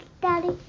Daddy